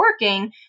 working